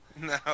No